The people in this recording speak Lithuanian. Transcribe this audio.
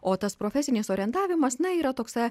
o tas profesinis orientavimas na yra toksai